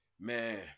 man